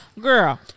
Girl